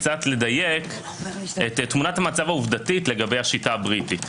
לדייק את תמונת המצב העובדתית לגבי השיטה הבריטית.